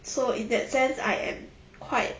so in that sense I am quite